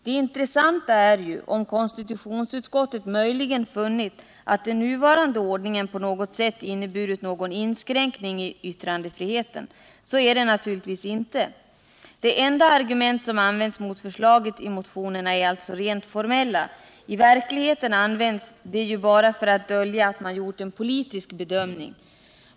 Det intressanta är ju om konstitutionsutskottet möjligen har funnit att den nuvarande ordningen på något sätt inneburit någon inskränkning i yttrandefriheten. Så är det naturligtvis inte. De enda argument som används mot förslaget i motionerna är alltså rent formella. I verkligheten används de bara för att dölja att man gjort en politisk bedömning.